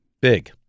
Big